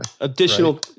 additional